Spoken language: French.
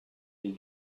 des